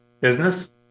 business